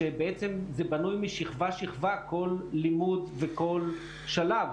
כשבעצם זה בנוי שכבה שכבה כל לימוד וכל שלב.